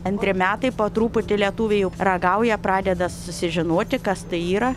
antri metai po truputį lietuviai jau ragauja pradeda susižinoti kas tai yra